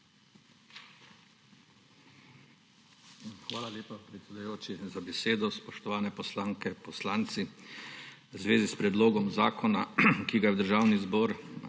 Hvala lepa, predsedujoči, za besedo. Spoštovani poslanke, poslanci! V zvezi s predlogom zakona, ki ga je v Državni zbor